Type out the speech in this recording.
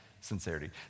sincerity